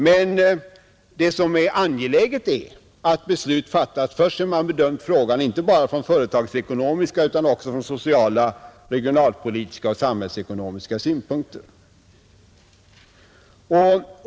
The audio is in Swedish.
Men det som är angeläget är att beslut fattas först sedan man bedömt frågan inte bara från företagsekonomiska utan också från sociala, regionalpolitiska och samhällsekonomiska synpunkter.